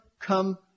come